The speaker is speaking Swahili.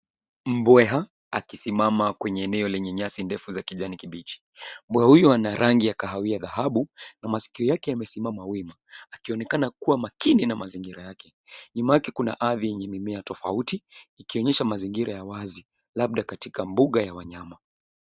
Mbweha akisimama kwenye eneo lenye nyasi ndefu za kijani kibichi. Mbweha huyo ana rangi ya kahawia dhahabu na masikio yake yamesimama wima, akionekana kuwa makini na mazingira yake. Nyuma yake kuna ardhi yenye mimea tofauti, ikionyesha mazingira ya wazi, labda katika mbuga ya wanyama.